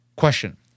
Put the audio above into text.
Question